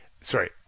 sorry